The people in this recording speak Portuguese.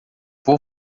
vou